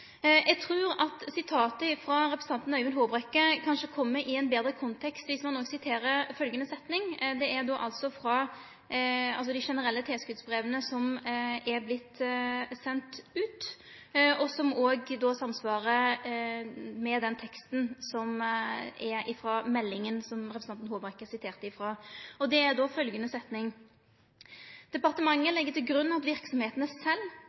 Eg trur at sitatet frå representanten Øyvind Håbrekke kjem i ein betre kontekst dersom ein òg siterer ei setning frå det generelle tilskotsbrevet som har vorte sendt ut, og som òg samsvarar med teksten frå meldinga som representanten Håbrekke siterte. Det er følgjande setning: «Departementet legger til grunn at